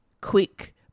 quick